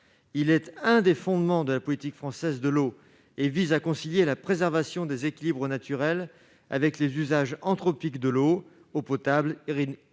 il est un des fondements de la politique française de l'eau et vise à concilier la préservation des équilibres naturels avec les usages anthropique de l'eau, eau potable, irrigation